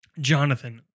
Jonathan